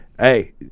Hey